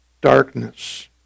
darkness